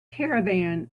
caravan